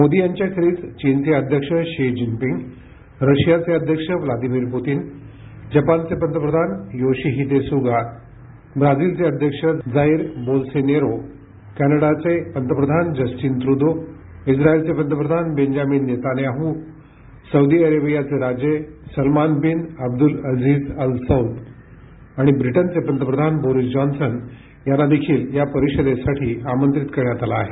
मोदी यांच्याखेरीज चिनचे अध्यक्ष शी जिनपिंग रशियाचे अध्यक्ष व्लादीमिर पुतिन जपानचे पंतप्रधान योशीहिदे सुगा ब्राझीलचे अध्यक्ष जाईर बोल्सोनेरो कॅनडाचे पंतप्रधान जस्टीन त्रुदो इस्रायलचे पंतप्रधान बेंजामिन नेतान्याह् सौदी अरेबियाचे राजे Salman bin Abdulaziz Al Saud आणि ब्रिटनचे पंतप्रधान बोरिस जॉन्सन यांना देशील या परिषदेसाठी आमंत्रित करण्यात आलं आहे